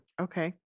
okay